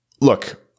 Look